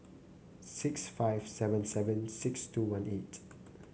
six five seven seven six two one eight